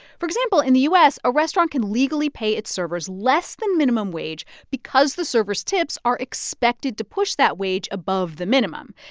for example, in the u s, a restaurant can legally pay its servers less than minimum wage because the servers' tips are expected to push that wage above the minimum.